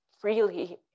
freely